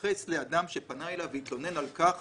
התייחס לאדם שפניה אליו והתלונן על כך